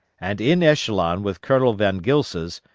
and in echelon with colonel von gilsa's,